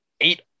eight